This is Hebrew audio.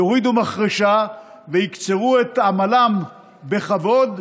יורידו מחרשה ויקצרו את עמלם בכבוד,